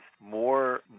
more